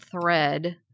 thread